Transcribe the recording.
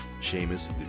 Sheamus